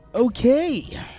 Okay